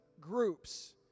groups